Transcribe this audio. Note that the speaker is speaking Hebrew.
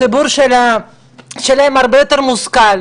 הציבור שלהם הרבה יותר מושכל,